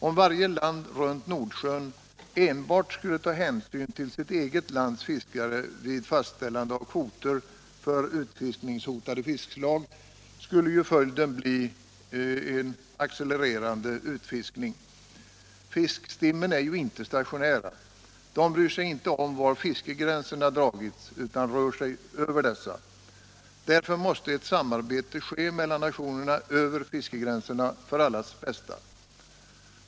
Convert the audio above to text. Om varje land runt Nordsjön enbart skulle ta hänsyn till sitt eget lands fiskare vid fastställande av kvoter för utfiskningshotade fiskslag, skulle följden bli en accelererande utfiskning. Fiskstimmen är ju inte stationära. De bryr sig inte om var fiskegränserna dragits utan rör sig över dessa. Därför måste ett samarbete ske mellan nationerna över fiskegränserna, för allas bästa.